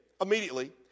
immediately